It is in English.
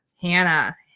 Hannah